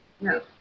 No